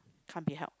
can't be helped